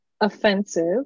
offensive